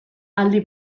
aldi